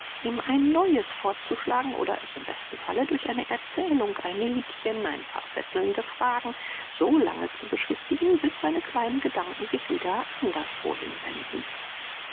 ihm ein neues vorzuschlagen oder es im besten falle durch eine erzählung ein liedchen ein paar fesselnde fragen so lange zu beschwichtigen bis seine kleinen gedanken sich wieder anders